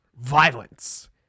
violence